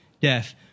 death